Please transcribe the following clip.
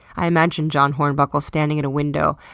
i imagine jon hornbuckle standing at a window,